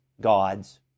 God's